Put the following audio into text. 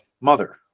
Mother